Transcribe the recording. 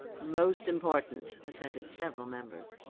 most important, assented several members.